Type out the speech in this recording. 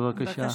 בבקשה.